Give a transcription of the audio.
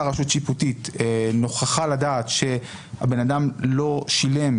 רשות שיפוטית נוכחה לדעת שהבן אדם לא שילם,